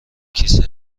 کیسه